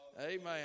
amen